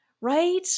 right